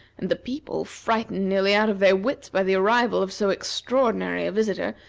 and the people, frightened nearly out of their wits by the arrival of so extraordinary a visitor,